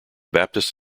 baptist